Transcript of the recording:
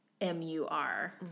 M-U-R